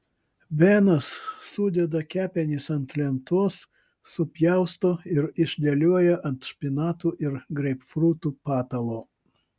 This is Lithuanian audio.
benas sudeda kepenis ant lentos supjausto ir išdėlioja ant špinatų ir greipfrutų patalo